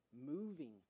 moving